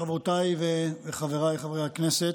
חברותיי וחבריי חברי הכנסת,